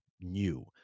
new